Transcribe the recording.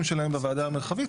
הנציגים שלהן בוועדה המרחבית,